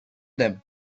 them